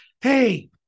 Hey